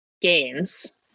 games